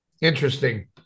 Interesting